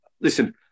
listen